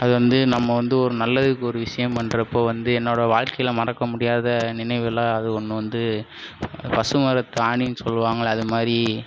அது வந்து நம்ம வந்து ஒரு நல்லதுக்கு ஒரு விஷயம் பண்றப்போது வந்து என்னோடய வாழ்க்கையில் மறக்க முடியாத நினைவுகளாக அது ஒன்று வந்து பசுமரத்தாணினு சொல்லுவாங்கல்ல அதுமாதிரி